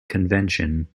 convention